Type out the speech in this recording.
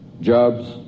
jobs